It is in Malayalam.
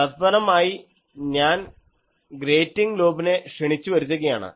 തത്ഫലമായി ഞാൻ ഗ്രേറ്റിംഗ് ലോബിനെ ക്ഷണിച്ചുവരുത്തുകയാണ്